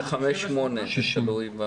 חמש שנים ושמונה חודשים.